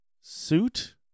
suit